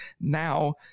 now